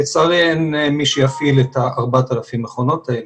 לצערי אין מי שיפעיל את ה-4,000 מכונות האלה.